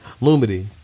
Lumity